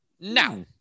Now